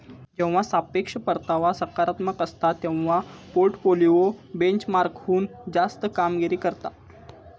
जेव्हा सापेक्ष परतावा सकारात्मक असता, तेव्हा पोर्टफोलिओ बेंचमार्कहुन जास्त कामगिरी करता